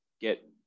get